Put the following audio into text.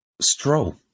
stroll